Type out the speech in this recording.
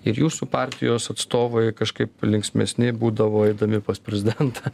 ir jūsų partijos atstovai kažkaip linksmesni būdavo eidami pas prezidentą